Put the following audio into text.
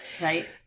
right